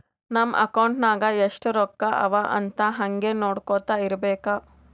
ನಮ್ ಅಕೌಂಟ್ ನಾಗ್ ಎಸ್ಟ್ ರೊಕ್ಕಾ ಅವಾ ಅಂತ್ ಹಂಗೆ ನೊಡ್ಕೊತಾ ಇರ್ಬೇಕ